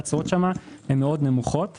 והתשואות שם נמוכות מאוד.